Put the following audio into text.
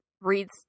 reads